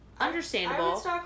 understandable